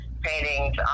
paintings